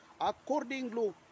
accordingly